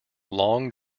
long